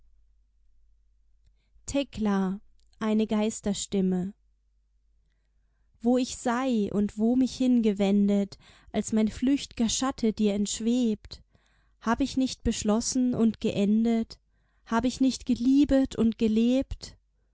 thekla eine geisterstimme wo ich sei und wo mich hingewendet als mein flücht'ger schatte dir entschwebt hab ich nicht beschlossen und geendet hab ich nicht geliebet und gelebt